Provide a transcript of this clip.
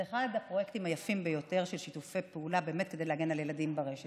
זה אחד הפרויקטים היפים ביותר של שיתופי פעולה כדי להגן על ילדים ברשת.